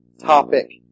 topic